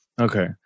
Okay